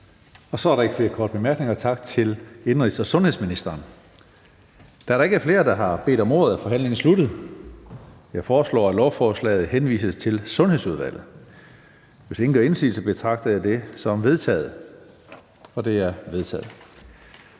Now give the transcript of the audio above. Så er der ikke flere korte bemærkninger. Tak til indenrigs- og sundhedsministeren. Da der ikke er flere, der har bedt om ordet, er forhandlingen sluttet. Jeg foreslår, at lovforslaget henvises til Sundhedsudvalget. Hvis ingen gør indsigelse, betragter jeg det som vedtaget. Det er vedtaget.